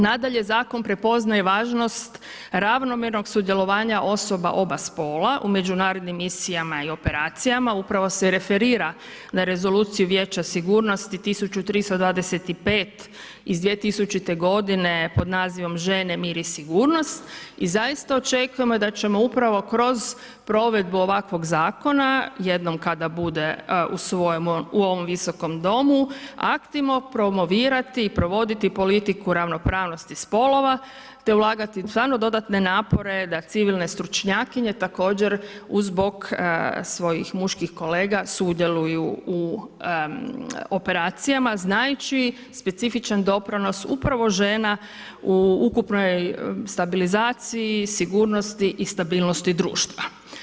Nadalje, Zakon prepoznaje važnost ravnomjernog sudjelovanja osoba oba spola u međunarodnim misijama i operacijama, upravo se referira na rezoluciju vijeća sigurnosti 1325 iz 2000. godine pod nazivom Žene, mi i sigurnost i zaista očekujemo da ćemo upravo kroz provedbu ovakvog Zakona jednom kada bude usvojen u ovom visokom domu, aktivno promovirati i provoditi politiku ravnopravnosti spolova, te ulagati stvarno dodatne napore da civilne stručnjakinje također uz bok svojih muških kolega sudjeluju u operacijama znajući specifičan doprinos upravo žena u ukupnoj stabilizaciji, sigurnosti i stabilnosti društva.